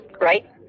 right